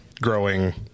growing